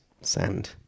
sand